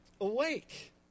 awake